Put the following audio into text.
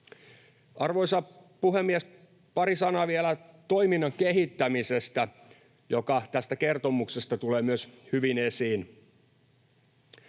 Arvoisa puhemies! Pari sanaa vielä toiminnan kehittämisestä, joka tästä kertomuksesta tulee myös hyvin esiin.